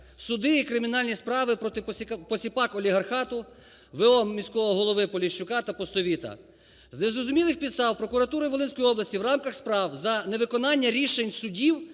Суди і кримінальні справи проти посіпак олігархату в.о. міського голови Поліщука та Пустовіта. З незрозумілих підстав прокуратурою Волинської області у рамках справ за невиконання рішень судів